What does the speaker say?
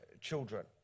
children